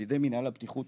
על ידי מנהל הבטיחות,